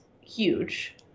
huge